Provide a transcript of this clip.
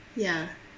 ya